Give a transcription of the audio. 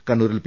കണ്ണൂരിൽ പി